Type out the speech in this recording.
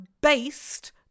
based